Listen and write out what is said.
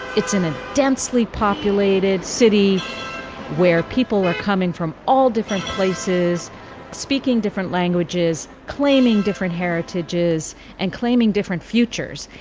it's in a densely populated city where people are coming from all different places speaking different languages claiming different heritages and claiming different futures.